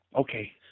Okay